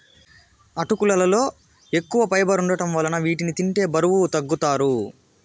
అటుకులలో ఎక్కువ ఫైబర్ వుండటం వలన వీటిని తింటే బరువు తగ్గుతారు